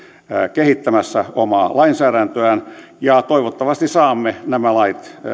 kehittämässä omaa lainsäädäntöään ja toivottavasti saamme nämä lait